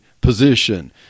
position